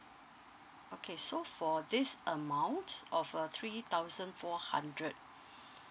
okay so for this amount of a three thousand four hundred